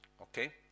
Okay